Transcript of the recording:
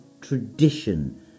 tradition